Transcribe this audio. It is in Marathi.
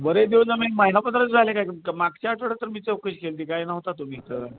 बरेच दिवस आम्ही एक महिन्याभर तरी झाले काय तुमचं मागच्या आठवड्यात तर मी चौकशी केली होती काय नव्हता तुम्ही इथं